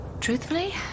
Truthfully